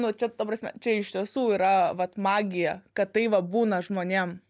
nu čia ta prasme čia iš tiesų yra vat magija kad tai va būna žmonėm